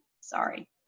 Sorry